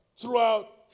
throughout